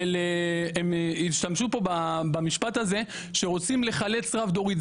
הם השתמשו במשפט הזה שרוצים לחלץ רב דורית,